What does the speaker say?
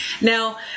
Now